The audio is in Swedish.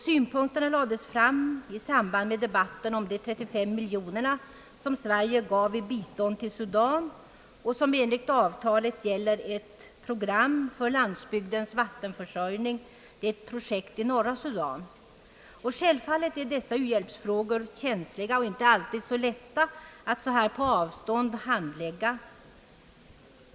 Synpunkter lades fram i samband med debatten om de 35 miljonerna som Sverige gav i bistånd till Sudan och som enligt avtalet gäller ett program för landsbygdens vattenförsörjning, ett projekt i norra Sudan. Självfallet är dessa u-hjälpsfrågor känsliga och inte alltid så lätta att på avstånd handlägga.